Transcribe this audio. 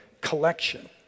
collection